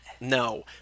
No